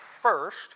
first